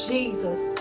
Jesus